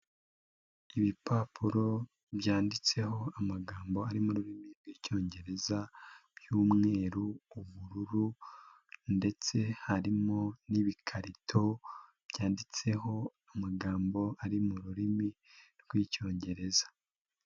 Ibipapuro byanditseho amagambo ari mu rurimi rw'icyongereza, y'mweru, ubururu ndetse harimo n'ibikarito byanditseho amagambo ari mu rurimi rw'icyongereza.